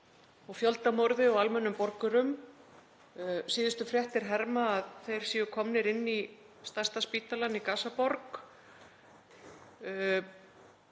og fjöldamorði á almennum borgurum. Síðustu fréttir herma að þeir séu komnir inn í stærsta spítalann í Gaza-borg.